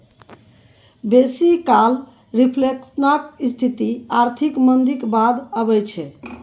बेसी काल रिफ्लेशनक स्थिति आर्थिक मंदीक बाद अबै छै